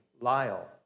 Lyle